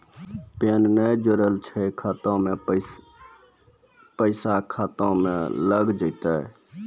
Pan ने जोड़लऽ छै खाता मे पैसा खाता मे लग जयतै?